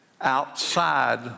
outside